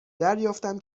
دریافتم